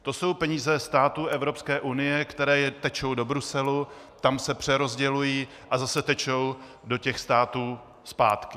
To jsou peníze států Evropské unie, které tečou do Bruselu, tam se přerozdělují a zase tečou do států zpátky.